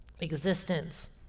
existence